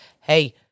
Hey